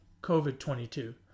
COVID-22